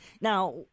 now